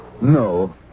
No